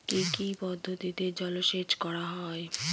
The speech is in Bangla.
কি কি পদ্ধতিতে জলসেচ করা হয়?